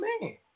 man